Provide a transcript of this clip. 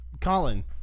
Colin